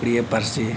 ᱩᱲᱤᱭᱟᱹ ᱯᱟᱹᱨᱥᱤ